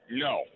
No